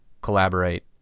collaborate